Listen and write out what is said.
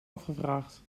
afgevraagd